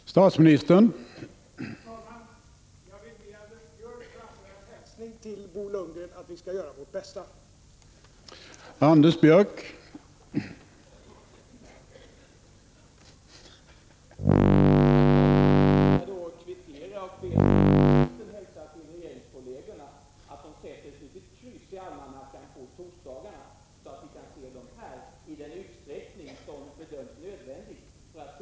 9”